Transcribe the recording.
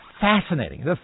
Fascinating